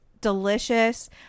delicious